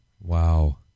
Wow